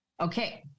Okay